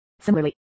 Similarly